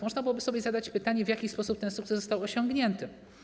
Można byłoby zadać sobie pytanie, w jaki sposób ten sukces został osiągnięty.